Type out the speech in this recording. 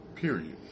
Period